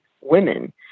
women